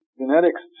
genetics